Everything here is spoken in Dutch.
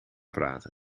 praten